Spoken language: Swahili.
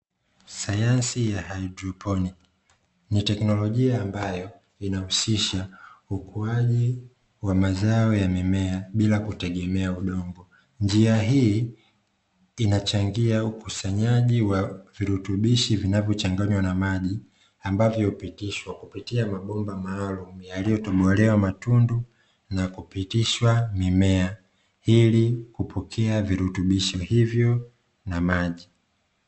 Sayansi ya haidroponi; ni teknolojia ambayo inahusisha ukuaji wa mazao ya mimea bila kutegemea udongo. Njia hii inachangia ukusanyaji wa virutubishi vinavyochanganywa na maji, ambavyo hupitishwa kupitia mabomba maalumu yaliyotobolewa matundu na kupitishwa mimea ili kupokea virutubisho hivyo na maji.